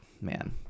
Man